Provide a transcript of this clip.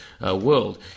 world